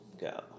go